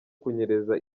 kunyereza